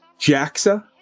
JAXA